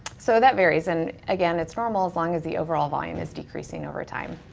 so that varies, and again, it's normal as long as the overall volume is decreasing over time.